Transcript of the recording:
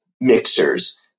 mixers